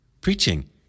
Preaching